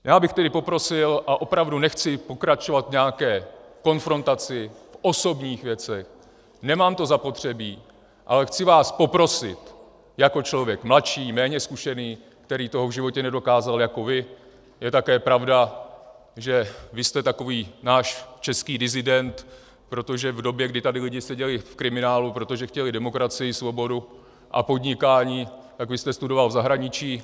Já bych tedy poprosil, a opravdu nechci pokračovat v nějaké konfrontaci v osobních věcech, nemám to zapotřebí, ale chci vás poprosit jako člověk mladší, méně zkušený, který toho v životě nedokázal jako vy je také pravda, že vy jste takový náš český disident, protože v době, kdy tady lidé seděli v kriminálu, protože chtěli demokracii, svobodu a podnikání, tak vy jste studoval v zahraničí.